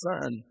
son